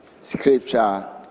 scripture